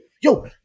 Yo